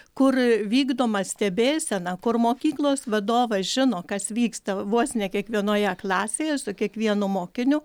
kur vykdoma stebėsena kur mokyklos vadovas žino kas vyksta vos ne kiekvienoje klasėje su kiekvienu mokiniu